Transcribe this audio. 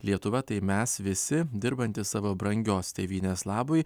lietuva tai mes visi dirbantys savo brangios tėvynės labui